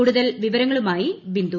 കൂടുതൽ വിവരങ്ങളുമായി ബിന്ദു